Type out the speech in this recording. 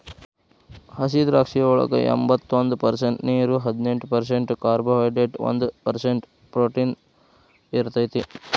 ಹಸಿದ್ರಾಕ್ಷಿಯೊಳಗ ಎಂಬತ್ತೊಂದ ಪರ್ಸೆಂಟ್ ನೇರು, ಹದಿನೆಂಟ್ ಪರ್ಸೆಂಟ್ ಕಾರ್ಬೋಹೈಡ್ರೇಟ್ ಒಂದ್ ಪರ್ಸೆಂಟ್ ಪ್ರೊಟೇನ್ ಇರತೇತಿ